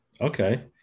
Okay